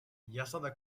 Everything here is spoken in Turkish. yasada